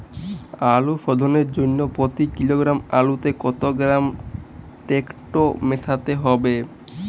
আলু শোধনের জন্য প্রতি কিলোগ্রাম আলুতে কত গ্রাম টেকটো মেশাতে হবে?